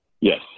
Yes